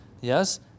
yes